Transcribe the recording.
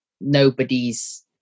nobody's